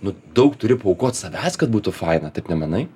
nu daug turi paaukot savęs kad būtų faina taip nemanai